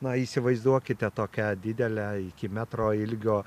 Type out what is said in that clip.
na įsivaizduokite tokią didelę iki metro ilgio